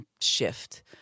shift